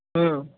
হুম